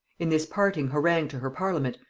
in this parting harangue to her parliament,